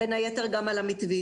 בין היתר גם על המתווים.